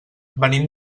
venim